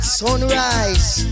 sunrise